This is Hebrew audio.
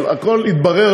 אבל הכול יתברר,